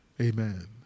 Amen